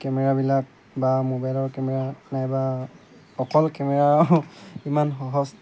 কেমেৰাবিলাক বা মোবাইলৰ কেমেৰা নাইবা অকল কেমেৰা ইমান সহজ